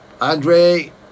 Andre